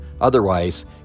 Otherwise